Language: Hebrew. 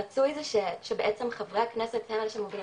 הרצוי זה שבעצם חברי הכנסת הם אלה שמובילים,